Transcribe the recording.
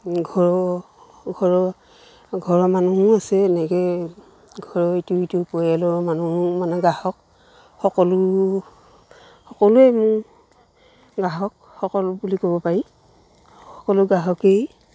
ঘৰৰো ঘৰৰ ঘৰৰ মানুহো আছে এনেকৈ ঘৰৰ ইটো সিটো পৰিয়ালৰ মানুহো মানে গ্ৰাহক সকলো সকলোৱে মোৰ গ্ৰাহক সকলো বুলি ক'ব পাৰি সকলো গ্ৰাহকেই